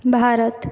Bharat